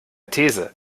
these